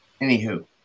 anywho